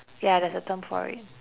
ya there's a term for it